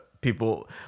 people